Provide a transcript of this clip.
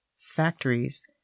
factories